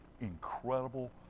incredible